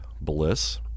bliss